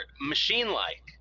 machine-like